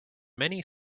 many